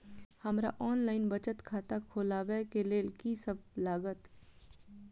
हमरा ऑनलाइन बचत खाता खोलाबै केँ लेल की सब लागत?